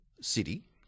City